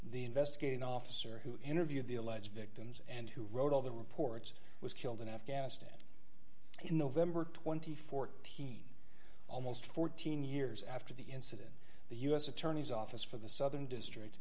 the investigating officer who interviewed the alleged victims and who wrote all the reports was killed in afghanistan in nov th teen almost fourteen years after the incident the u s attorney's office for the southern district